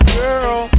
girl